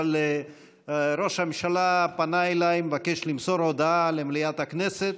אבל ראש הממשלה פנה אליי וביקש למסור הודעה למליאת הכנסת.